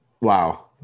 Wow